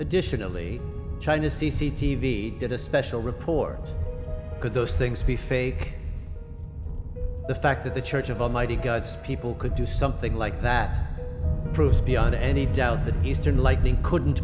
additionally china c c t v did a special report could those things be fake the fact that the church of almighty god's people could do something like that proves beyond any doubt that eastern likely couldn't